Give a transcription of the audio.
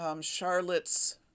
Charlotte's